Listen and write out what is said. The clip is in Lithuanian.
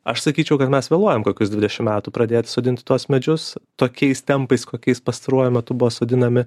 aš sakyčiau kad mes vėluojam kokius dvidešim metų pradėt sodint tuos medžius tokiais tempais kokiais pastaruoju metu buvo sodinami